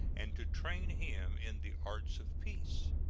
and to train him in the arts of peace.